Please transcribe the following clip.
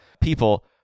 people